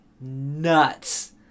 nuts